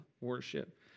worship